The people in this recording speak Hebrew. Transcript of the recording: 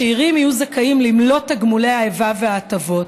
השאירים יהיו זכאים למלוא תגמולי האיבה וההטבות,